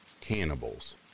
cannibals